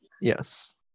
Yes